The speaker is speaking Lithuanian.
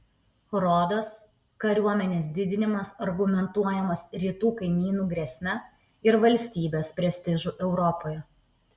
rodos kariuomenės didinimas argumentuojamas rytų kaimynų grėsme ir valstybės prestižu europoje